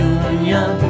union